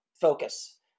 focus